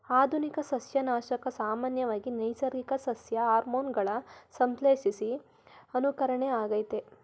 ಆಧುನಿಕ ಸಸ್ಯನಾಶಕ ಸಾಮಾನ್ಯವಾಗಿ ನೈಸರ್ಗಿಕ ಸಸ್ಯ ಹಾರ್ಮೋನುಗಳ ಸಂಶ್ಲೇಷಿತ ಅನುಕರಣೆಯಾಗಯ್ತೆ